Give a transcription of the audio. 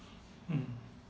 mm